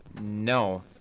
no